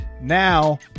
Now